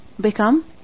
become